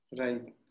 Right